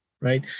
right